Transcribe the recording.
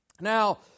Now